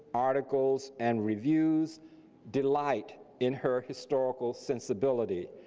articles, and reviews delight in her historical sensibility,